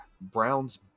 Browns